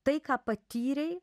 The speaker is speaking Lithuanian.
tai ką patyrei